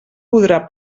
podrà